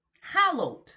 Hallowed